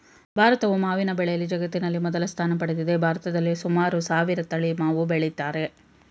ಭಾರತವು ಮಾವಿನ ಬೆಳೆಯಲ್ಲಿ ಜಗತ್ತಿನಲ್ಲಿ ಮೊದಲ ಸ್ಥಾನ ಪಡೆದಿದೆ ಭಾರತದಲ್ಲಿ ಸುಮಾರು ಸಾವಿರ ತಳಿ ಮಾವು ಬೆಳಿತಾರೆ